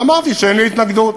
ואמרתי שאין לי התנגדות,